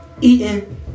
eating